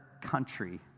country